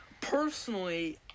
personally